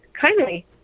kindly